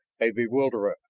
a bewilderment,